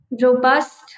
robust